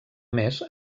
més